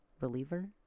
reliever